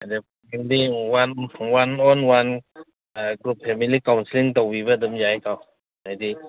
ꯑꯗꯒꯤ one on one group family counselling ꯇꯧꯕꯤꯕ ꯑꯗꯨꯝ ꯌꯥꯏꯀꯣ ꯑꯗꯒꯤꯗꯤ